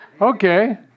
Okay